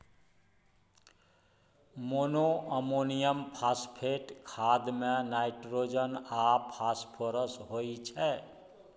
monoammonium phosphate खाद मे nitrogen आ फास्फोरस होइ छै